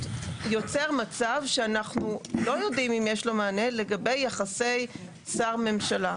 יוצר מצב שאנחנו לא יודעים אם יש לו מענה לגבי יחסי שר ממשלה.